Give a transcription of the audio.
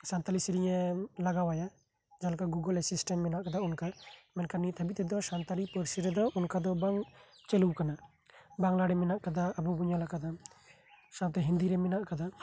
ᱞᱟᱜᱟᱣᱟᱭᱟ ᱡᱟᱦᱟᱷᱞᱮᱠᱟ Google assistant ᱢᱮᱱᱟᱜ ᱠᱟᱫᱟ ᱚᱱᱠᱟ ᱢᱮᱱᱠᱷᱟᱱ ᱱᱤᱛ ᱦᱟᱹᱵᱤᱡ ᱛᱮᱫᱚ ᱥᱟᱱᱛᱟᱞᱤ ᱯᱟᱨᱥᱤ ᱛᱮᱫᱚ ᱚᱱᱠᱟ ᱵᱟᱝ ᱪᱟᱞᱩᱣᱟᱠᱟᱱᱟ ᱵᱟᱝᱞᱟ ᱨᱮ ᱢᱮᱱᱟᱜ ᱠᱟᱫᱟ ᱟᱵᱚ ᱵᱚ ᱧᱮᱞᱟᱠᱟᱫᱟ ᱥᱟᱶᱛᱮ ᱦᱤᱱᱫᱤ ᱨᱮ ᱢᱮᱱᱟᱜ ᱠᱟᱫᱟ